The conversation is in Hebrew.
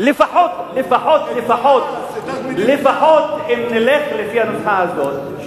שלפחות אם נלך לפי הנוסחה הזאת,